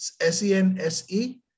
S-E-N-S-E